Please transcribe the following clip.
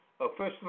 officially